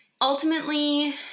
Ultimately